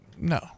No